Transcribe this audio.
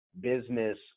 business